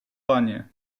panie